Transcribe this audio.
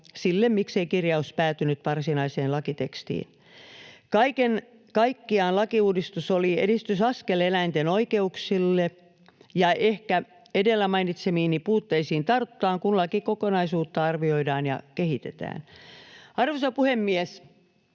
sille, miksei kirjaus päätynyt varsinaiseen lakitekstiin. Kaiken kaikkiaan lakiuudistus oli edistysaskel eläinten oikeuksille, ja ehkä edellä mainitsemiini puutteisiin tartutaan, kun lakikokonaisuutta arvioidaan ja kehitetään. Arvoisa puhemies!